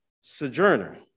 Sojourner